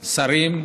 שרים,